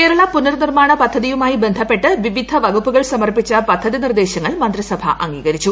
കേരള പുനർനിർമ്മാണ പദ്ധതിയുമായി ബന്ധപ്പെട്ട് വിവിധ വകുപ്പുകൾ സമർപ്പിച്ച പദ്ധതി നിർദേശങ്ങൾ മന്ത്രിസഭു അംഗീകരിച്ചു